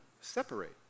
separate